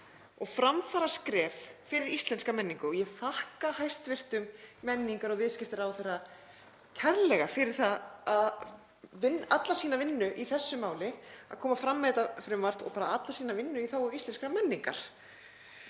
og framfaraskref fyrir íslenska menningu. Ég þakka hæstv. menningar- og viðskiptaráðherra kærlega fyrir alla sína vinnu í þessu máli, að koma fram með þetta frumvarp, og alla sína vinnu í þágu íslenskrar menningar.